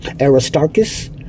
Aristarchus